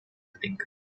lincoln